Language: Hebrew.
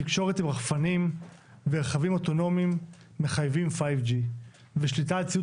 תקשורת עם רחפנים ורכבים אוטונומיים מחייבים 5G. ושליטה על ציוד